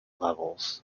levels